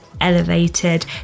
elevated